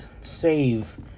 save